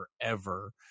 forever